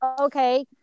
okay